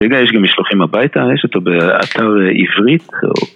רגע, יש גם משלוחים הביתה, יש אותו באתר עברית